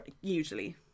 usually